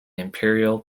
imperial